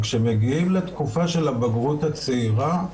כשמגיעים לתקופה של הבגרות הצעירה,